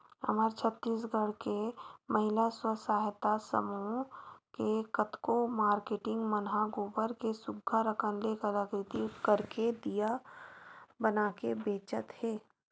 हमर छत्तीसगढ़ के महिला स्व सहयता समूह के कतको मारकेटिंग मन ह गोबर के सुग्घर अंकन ले कलाकृति करके दिया बनाके बेंचत हे